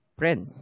friend